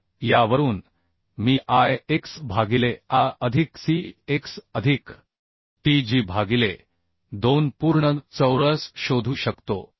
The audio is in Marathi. तर यावरून मी I x भागिले A अधिक C x अधिक t g भागिले 2 पूर्ण चौरस शोधू शकतो